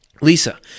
Lisa